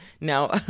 Now